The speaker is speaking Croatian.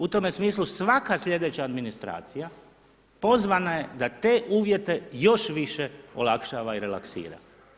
U tome smislu, svaka sljedeća administracija, pozvana je da te uvjete, još više olakšava i relaksira.